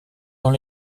dans